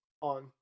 on